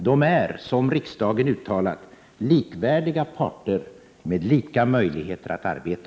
De är, som riksdagen uttalat, likvärdiga parter med lika möjligheter att arbeta.